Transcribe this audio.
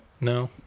No